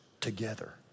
together